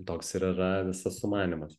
toks ir yra visas sumanymas